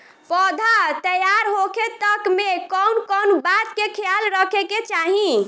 पौधा तैयार होखे तक मे कउन कउन बात के ख्याल रखे के चाही?